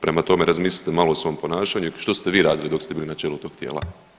Prema tome, razmislite malo o svom ponašanju, što ste vi radili dok ste bili na čelu tog tijela?